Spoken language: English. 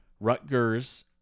Rutgers